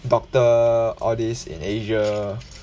doctor all this in asia